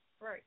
Right